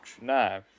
No